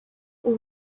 ubu